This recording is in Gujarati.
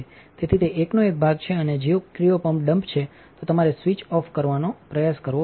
તેથી તે એકનો એક ભાગ છે અને જોક્રિઓપંપ ડમ્પ છે તો તમારે સ્વીચ ઓફ કરવાનો પ્રયાસ કરવો પડશે